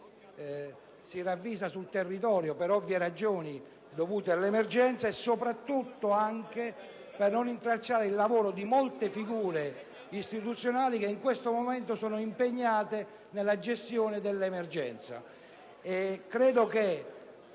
si ravvisa nel territorio, per ovvie ragioni dovute all'emergenza. Esso si rende necessario anche per non intralciare il lavoro di molte figure istituzionali in questo momento impegnate nella gestione dell'emergenza. Credo che